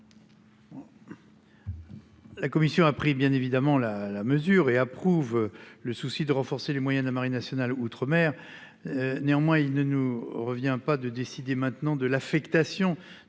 La commission a pris bien évidemment la la mesure et approuve le souci de renforcer les moyens de la marine nationale outre-mer. Néanmoins, il ne nous revient pas de décider maintenant de l'affectation